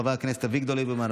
חברי הכנסת אביגדור ליברמן,